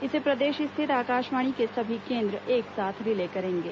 इसे प्रदेश स्थित आकाशवाणी के सभी केंद्र एक साथ रिले करेंगे